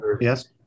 yes